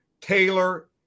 Taylor